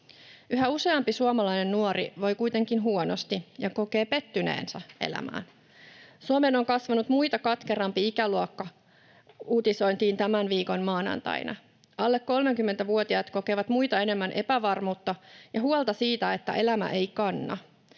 Yhä useampi suomalainen nuori voi kuitenkin huonosti ja kokee pettyneensä elämään. ”Suomeen on kasvanut muita katkerampi ikäluokka”, uutisoitiin tämän viikon maanantaina. Alle 30-vuotiaat kokevat muita enemmän epävarmuutta ja huolta siitä, että elämä ei kanna.